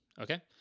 Okay